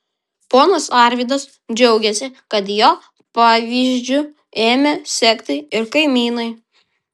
ponas arvydas džiaugėsi kad jo pavyzdžiu ėmė sekti ir kaimynai